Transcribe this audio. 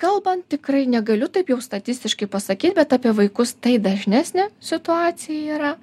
kalbant tikrai negaliu taip jau statistiškai pasakyt bet apie vaikus tai dažnesnė situacija yra